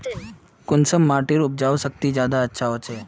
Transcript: कुंसम माटिर उपजाऊ शक्ति ज्यादा अच्छा होचए?